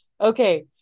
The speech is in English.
Okay